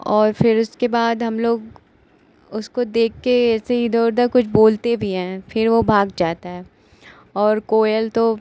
और फिर उसके बाद हमलोग उसको देखकर ऐसे इधर उधर कुछ बोलते भी हैं फिर वह भाग जाता है और कोयल तो